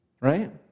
Right